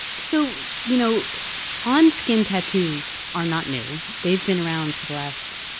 so you know on-skin tattoos are not new, they've been around for the last,